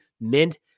mint